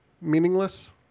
Meaningless